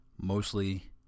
mostly